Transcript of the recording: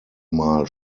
mal